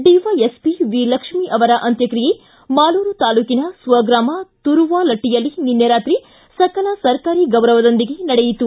DYS P Lakshmi ಅವರ ಅಂತ್ಯಕ್ಷಿಯೆ ಮಾಲೂರು ತಾಲ್ಲೂಕಿನ ಸ್ವಗ್ರಾಮ ತುರುವಾಲಟ್ಟಿಯಲ್ಲಿ ನಿನ್ನೆ ರಾತ್ರಿ ಸಕಲ ಸರ್ಕಾರಿ ಗೌರವದೊಂದಿಗೆ ನಡೆಯಿತು